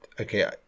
okay